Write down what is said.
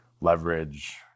leverage